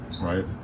Right